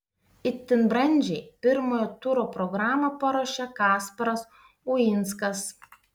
itin brandžiai pirmojo turo programą paruošė kasparas uinskas